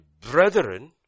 brethren